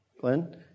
Glenn